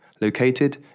located